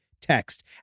text